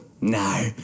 No